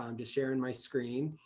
um just sharing my screen.